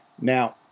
Now